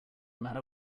matter